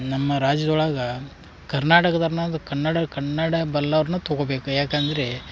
ನಮ್ಮ ರಾಜ್ಯದೊಳಗೆ ಕರ್ನಾಟಕದರ್ನ ಅದು ಕನ್ನಡ ಕನ್ನಡ ಬಲ್ಲವರನ್ನ ತಗೊಬೇಕು ಯಾಕಂದರೆ